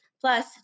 Plus